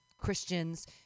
Christians